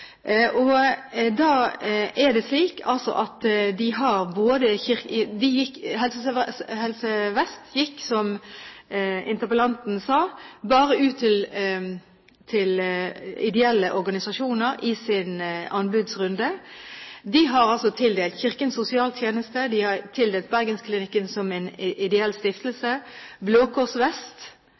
Helse Vest gikk, som interpellanten sa, bare ut til ideelle organisasjoner i sin anbudsrunde. De har tildelt Kirkens Sosialtjeneste, Bergensklinikkene, som er en ideell stiftelse, Blå Kors Vest, Kirkens Bymisjon, Frelsesarmeen, og Stiftelsen Valdresklinikken, som er en ideell stiftelse.